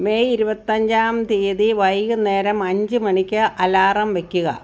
May ഇരുപത്തഞ്ചാം തീയതി വൈകുന്നേരം അഞ്ച് മണിക്ക് അലാറം വയ്ക്കുക